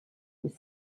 with